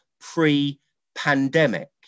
pre-pandemic